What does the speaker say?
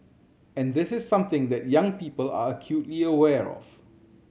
and this is something that young people are acutely aware of